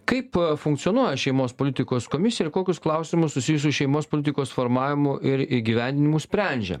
kaip funkcionuoja šeimos politikos komisija ir kokius klausimus susijusius šeimos politikos formavimu ir įgyvendinimu sprendžia